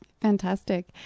Fantastic